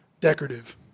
decorative